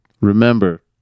remember